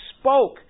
spoke